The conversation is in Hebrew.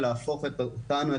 להפוך אותנו,